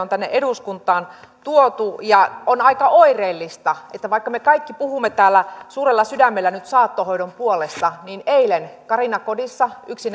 on tänne eduskuntaan tuotu ja on aika oireellista että vaikka me kaikki puhumme täällä suurella sydämellä nyt saattohoidon puolesta niin eilen karinakoti yksi